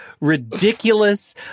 ridiculous